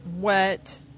wet